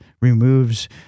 removes